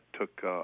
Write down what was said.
took